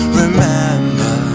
remember